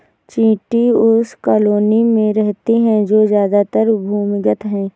चींटी उस कॉलोनी में रहती है जो ज्यादातर भूमिगत है